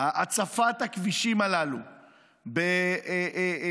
הצפת הכבישים הללו בשוהים,